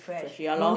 fresh ya loh